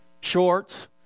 shorts